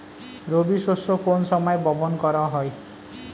রবি শস্য কোন সময় বপন করা হয়?